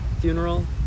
funeral